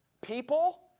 People